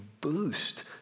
boost